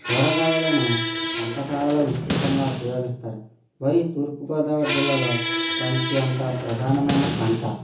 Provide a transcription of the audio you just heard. కూరగాయలను వంటకాలలో విస్తృతంగా ఉపయోగిస్తారు వరి తూర్పుగోదావరి జిల్లాలో తంత్యంత ప్రధానమైన పంట